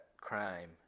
crime